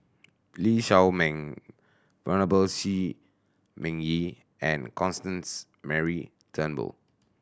Lee Shao Meng Venerable Shi Ming Yi and Constance Mary Turnbull